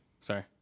Sorry